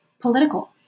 political